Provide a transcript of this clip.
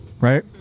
right